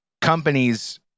companies